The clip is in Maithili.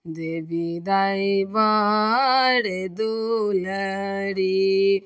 देबी दाइ बड़ दुलरी